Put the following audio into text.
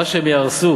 מה שהם יהרסו